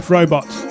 Robots